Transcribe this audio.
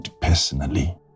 personally